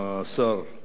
מטעם הממשלה,